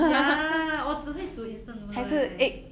ya 我只会煮 instant noodle eh